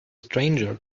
stranger